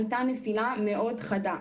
הייתה נפילה מאוד חדה.